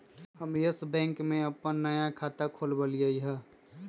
हम Yes Bank में अप्पन नया खाता खोलबईलि ह